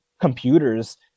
computers